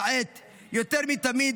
כעת יותר מתמיד,